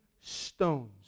stones